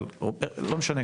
זה לא משנה,